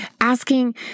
asking